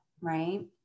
right